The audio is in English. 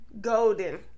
Golden